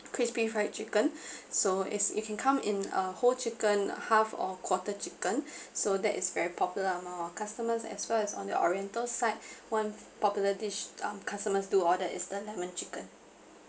crispy fried chicken so it's it can come in uh whole chicken half or quarter chicken so that is very popular among our customers as well as on the oriental side one popular dish um customers do order is the lemon chicken